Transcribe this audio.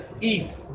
eat